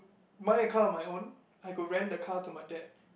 buy a car on my own I could rent the car to my dad